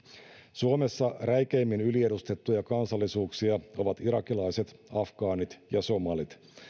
suomessa räikeimmin yliedustettuja kansallisuuksia ovat irakilaiset afgaanit ja somalit